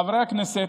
חברי הכנסת,